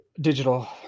digital